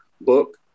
book